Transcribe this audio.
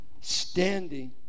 standing